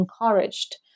encouraged